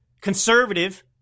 conservative